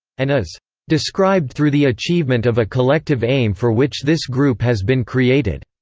and is described through the achievement of a collective aim for which this group has been created,